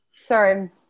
Sorry